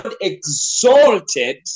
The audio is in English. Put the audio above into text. exalted